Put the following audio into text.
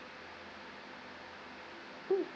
mm